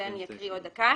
שזה אני אקרא בעוד דקה.